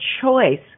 choice